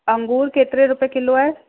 अंगूर केतिरे रुपए किलो आहे